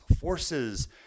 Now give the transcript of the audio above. forces